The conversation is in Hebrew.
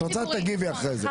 את רוצה תגיבי אחרי זה,